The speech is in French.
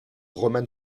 romane